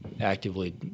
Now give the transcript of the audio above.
actively